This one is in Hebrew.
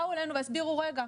באו אלינו והסבירו: רגע,